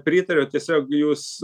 pritariu tiesiog jūs